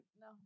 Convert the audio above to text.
No